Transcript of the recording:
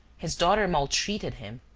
his daughter maltreated him,